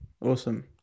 awesome